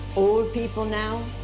old people now,